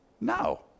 No